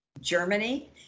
Germany